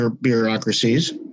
bureaucracies